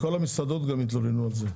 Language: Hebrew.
גם המסעדות התלוננו על זה.